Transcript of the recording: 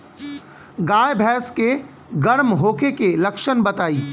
गाय भैंस के गर्म होखे के लक्षण बताई?